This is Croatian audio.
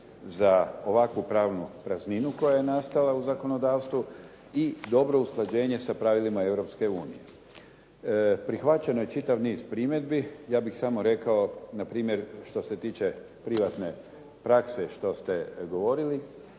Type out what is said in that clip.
za ovakvu pravnu prazninu koja je nastala u zakonodavstvu i dobro usklađenje sa pravilima Europske unije. Prihvaćen je čitav niz primjedbi. Ja bih samo rekao npr. što se tiče privatne prakse što ste govorili,